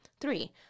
Three